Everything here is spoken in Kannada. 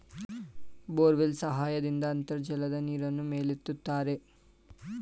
ಬೋರ್ವೆಲ್ ಸಹಾಯದಿಂದ ಅಂತರ್ಜಲದ ನೀರನ್ನು ಮೇಲೆತ್ತುತ್ತಾರೆ